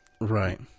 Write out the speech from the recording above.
Right